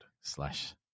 slash